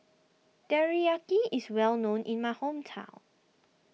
Teriyaki is well known in my hometown